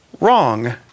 wrong